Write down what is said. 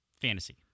fantasy